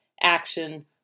action